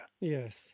Yes